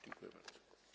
Dziękuję bardzo.